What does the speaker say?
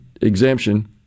exemption